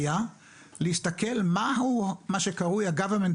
היה להסתכל מהו מה שנקרא: ה-government